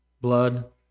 blood